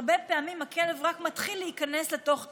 הרבה פעמים הכלב רק מתחיל להיכנס לתוך תצפית.